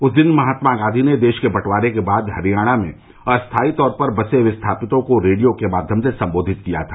उस दिन महात्मा गांधी ने देश के बंटवारे के बाद हरियाणा में अस्थायी तौर पर बसे विस्थापितों को रेडियो के माध्यम से सम्बोधित किया था